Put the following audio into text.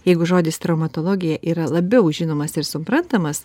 jeigu žodis traumatologija yra labiau žinomas ir suprantamas